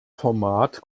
format